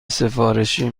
سفارشی